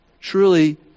truly